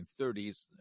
1930s